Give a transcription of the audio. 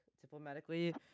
diplomatically